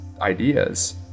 ideas